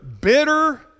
bitter